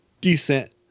Decent